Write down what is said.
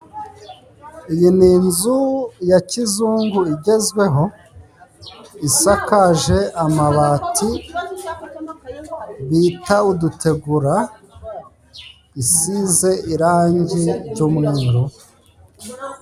Iyi ni inzu ya kizungu igezweho, isakaje amabati bita udutegura, isize irangi jy'umweru.